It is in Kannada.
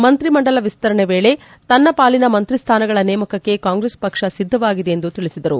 ಮಂತ್ರಿ ಮಂಡಲ ವಿಸ್ತರಣೆ ವೇಳೆ ತನ್ನ ಪಾಲಿನ ಮಂತ್ರಿ ಸ್ವಾನಗಳ ನೇಮಕಕ್ಕೆ ಕಾಂಗ್ರೆಸ್ ಪಕ್ಷ ಸಿದ್ದವಾಗಿದೆ ಎಂದು ತಿಳಿಸಿದರು